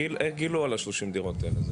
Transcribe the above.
איך גילו על השלושים דירות האלה?